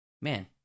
Man